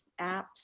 apps